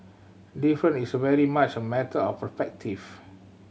different is very much a matter of perspective